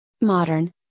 modern